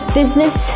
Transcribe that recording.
business